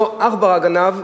לא עכברא גנב,